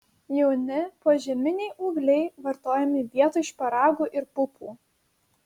jauni požeminiai ūgliai vartojami vietoj šparagų ir pupų